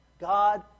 God